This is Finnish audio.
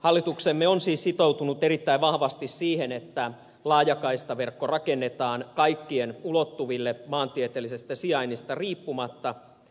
hallituksemme on siis sitoutunut erittäin vahvasti siihen että laajakaistaverkko rakennetaan kaikkien ulottuville maantieteellisestä sijainnista riippumatta